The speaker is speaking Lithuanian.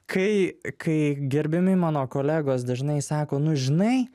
kai kai gerbiami mano kolegos dažnai sako nu žinai